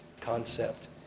concept